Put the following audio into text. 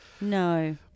No